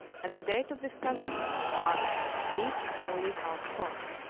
and the date of discovery, marked each newly found spot.